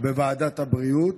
בוועדת הבריאות.